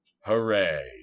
Hooray